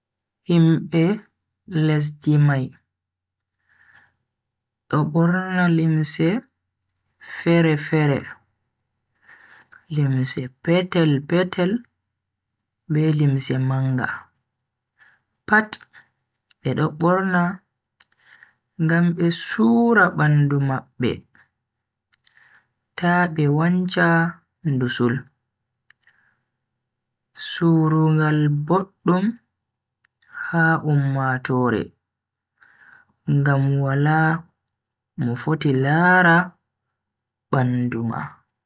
Himbe lesdi mai do borna Limse fere-fere. Limse petel-petel be limse manga pat bedo borna ngam be sura bandu mabbe ta be wancha ndusul. Surungal boddum ha ummatoore ngam wala mo foti laara bandu ma.